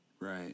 Right